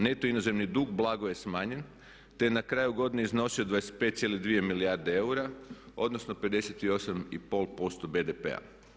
Neto inozemni dug blago je smanjen te je na kraju godine iznosio 25,2 milijarde eura odnosno 58,5% BDP-a.